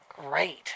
Great